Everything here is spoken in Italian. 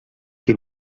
che